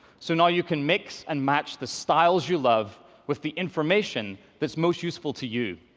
so now you can mix and match the styles you love with the information that's most useful to you.